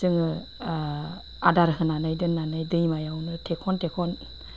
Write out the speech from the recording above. जोङो आदार होनानै दोननानै दैमायावनो थेखन थेखन